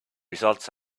results